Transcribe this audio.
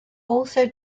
also